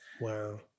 Wow